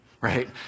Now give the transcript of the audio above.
right